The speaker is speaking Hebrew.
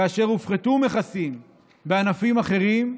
שכאשר הופחתו מכסים בענפים אחרים,